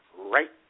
right